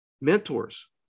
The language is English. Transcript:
Mentors